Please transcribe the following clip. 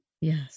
Yes